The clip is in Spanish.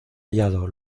hallado